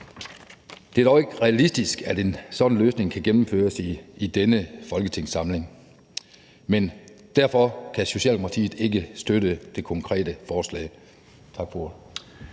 Det er dog ikke realistisk, at en sådan løsning kan gennemføres i denne folketingssamling. Derfor kan Socialdemokratiet ikke støtte det konkrete forslag.